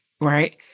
right